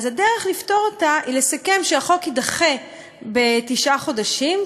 הדרך לפתור אותו היא לסכם שהחוק יידחה בתשעה חודשים,